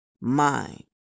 mind